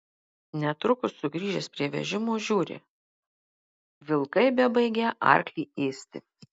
netrukus sugrįžęs prie vežimo žiūri vilkai bebaigią arklį ėsti